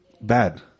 bad